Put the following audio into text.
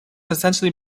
essentially